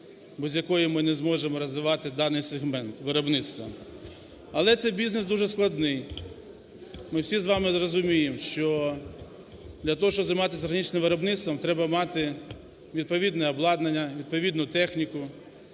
без якої ми не зможемо розвивати даний сегмент виробництва. Але це бізнес дуже складний, ми всі з вами розуміємо, що для того, щоб займатися органічним виробництвом, треба мати відповідне обладнання, відповідну техніку,